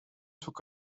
took